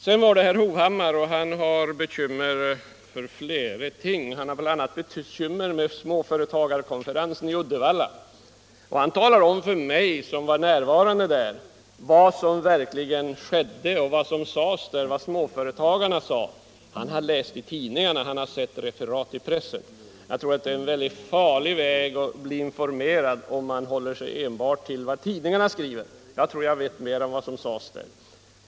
Herr Hovhammar har bekymmer med flera ting. Han har bl.a. bekymmer med småföretagarkonferensen i Uddevalla. Han talar om för mig, som var närvarande, vad som verkligen sades där. Han hade läst referat i pressen av det. Jag tror att det är farligt att låta sig informeras enbart genom vad tidningarna skriver. Jag tror jag vet bättre vad som sades.